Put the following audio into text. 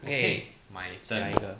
okay 下一个